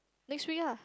next week ah